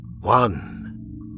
One